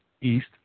East